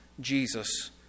Jesus